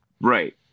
right